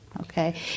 okay